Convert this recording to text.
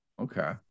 Okay